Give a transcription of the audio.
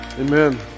amen